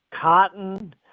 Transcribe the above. cotton